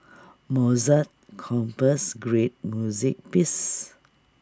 Mozart composed great music pieces